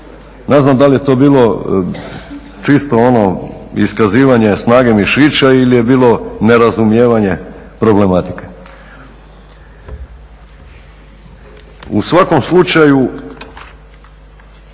Ne znam da li je to bilo čisto ono iskazivanje snage mišića ili je bilo nerazumijevanje problematike. U svakom slučaju